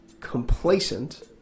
complacent